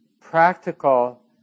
practical